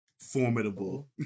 formidable